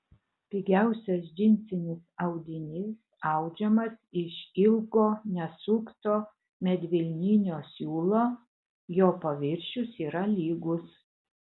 pigiausias džinsinis audinys audžiamas iš ilgo nesukto medvilninio siūlo jo paviršius yra lygus